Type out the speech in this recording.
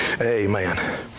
Amen